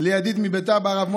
לידיד מבית אבא,